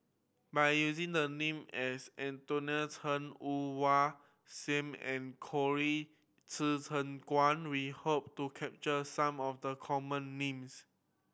by using the name as Anthony Chen Woon Wah Siang and Colin Qi Zhe Quan we hope to capture some of the common names